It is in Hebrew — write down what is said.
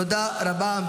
תודה רבה.